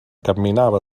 camminava